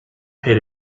paid